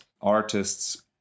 artists